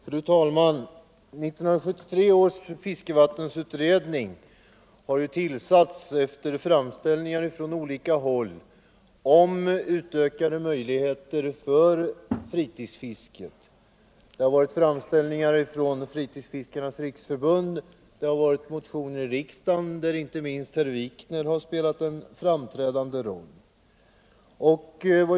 Fru talman! 1973 års fiskevattenutredning har tillsatts efter önskemål från olika håll om utökade möjligheter för fritidsfisket — det har varit framställningar från Sveriges fritidsfiskares riksförbund, det har varit motioner i riksdagen, där inte minst herr Wikner spelat en framträdande roll.